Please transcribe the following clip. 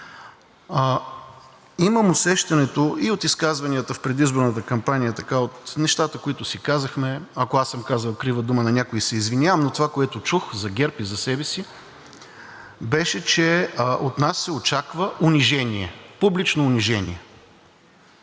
Имам усещането и от изказванията в предизборната кампания от нещата, които си казахме, ако аз съм казал крива дума на някого, се извинявам, но това, което чух за ГЕРБ и за себе си, беше, че от нас се очаква унижение, публично унижение.